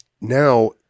now